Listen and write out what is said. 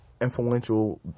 influential